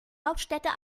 hauptstädte